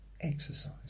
Exercise